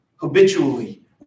Habitually